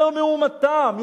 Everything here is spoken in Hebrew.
יותר מאומתם,